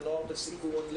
לנוער בסיכון,